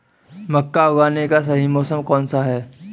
मक्का उगाने का सही मौसम कौनसा है?